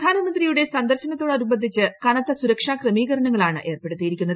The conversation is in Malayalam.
പ്രധാനമന്ത്രിയുടെ സന്ദർശനത്തോടനുബന്ധിച്ച് കനത്ത സുരക്ഷാക്രമീകരണങ്ങൾളാണ് ഏർപ്പെടുത്തിയിരിക്കുന്നത്